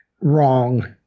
Wrong